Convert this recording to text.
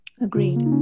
agreed